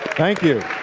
thank you.